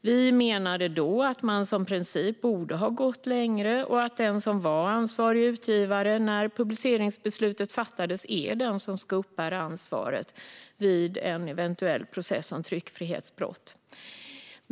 Vi menade att man som princip borde ha gått längre och att den som var ansvarig utgivare när publiceringsbeslutet fattades är den som ska uppbära ansvaret vid en eventuell process om tryckfrihetsbrott.